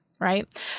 right